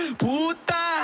puta